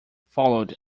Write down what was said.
followed